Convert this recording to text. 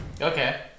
Okay